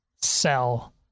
sell